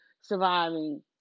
surviving